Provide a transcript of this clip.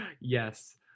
Yes